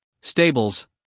stables